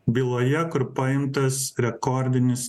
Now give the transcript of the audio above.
byloje kur paimtas rekordinis